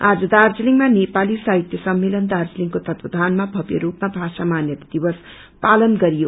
आज दार्जीलिङमा नेपाली साहित्य सम्मेलन दार्जीलिङको तत्वाधनमा भव्य रूपमा भाषा मान्यता दिवस पालन गरियो